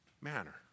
manner